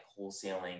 wholesaling